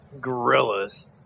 gorillas